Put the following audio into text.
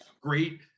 great